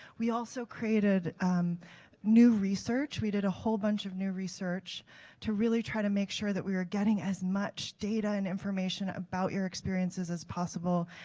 we also created new research, we did a whole bunch of new research to really try to make sure we are getting as much data and information about your experiences as possible.